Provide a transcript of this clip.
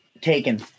taken